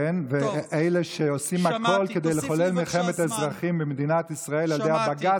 ונגד אלה שעושים הכול כדי לחולל מלחמת ישראל במדינת ישראל על ידי הבג"ץ,